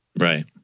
Right